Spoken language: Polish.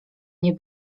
nie